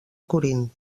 corint